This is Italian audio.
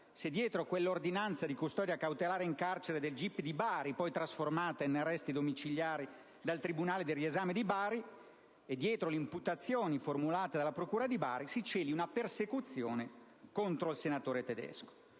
se dietro quell'ordinanza di custodia cautelare in carcere del GIP di Bari, poi trasformata in arresti domiciliari dal tribunale del riesame di Bari, e dietro le imputazioni formulate dalla procura di Bari si celi una persecuzione contro il senatore Tedesco.